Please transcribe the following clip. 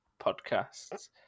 podcasts